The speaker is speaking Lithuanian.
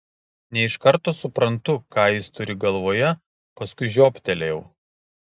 ne iš karto suprantu ką jis turi galvoje paskui žioptelėjau